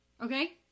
Okay